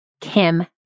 Kim